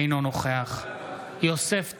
אינו נוכח יוסף טייב,